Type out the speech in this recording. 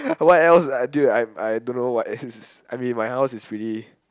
what else would I dude I I don't know what else I mean my house is pretty